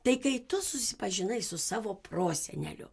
tai kai tu susipažinai su savo proseneliu